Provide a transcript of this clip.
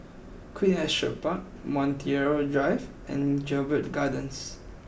Queen Astrid Park Montreal Drive and Jedburgh Gardens